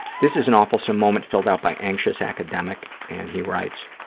this is an awfulsome moment filled out by anxious academic, and he writes,